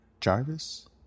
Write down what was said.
Jarvis